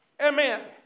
Amen